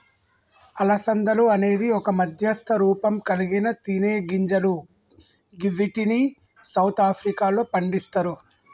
అలసందలు అనేది ఒక మధ్యస్థ రూపంకల్గిన తినేగింజలు గివ్విటిని సౌత్ ఆఫ్రికాలో పండిస్తరు